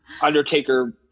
Undertaker